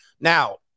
now